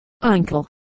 Uncle